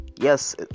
yes